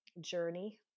journey